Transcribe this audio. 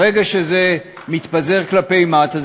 ברגע שזה מתפזר כלפי מטה,